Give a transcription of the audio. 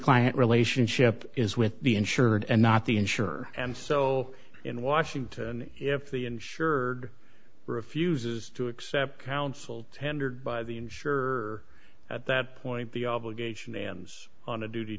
client relationship is with the insured and not the insurer and so in washington if the insured refuses to accept counsel tendered by the insure at that point the obligation ends on a duty